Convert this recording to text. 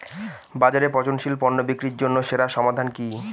বাজারে পচনশীল পণ্য বিক্রির জন্য সেরা সমাধান কি?